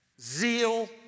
zeal